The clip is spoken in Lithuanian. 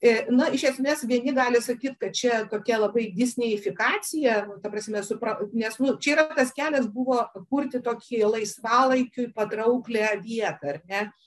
e na iš esmės vieni gali sakyt kad čia tokie labai e disnifikacija ta prasme supra nes nu čia yra tas kelias buvo kurti tokį laisvalaikiui patrauklią vietą ar ne